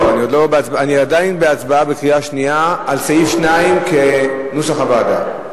אני עדיין בהצבעה בקריאה שנייה על סעיף 2 כנוסח הוועדה.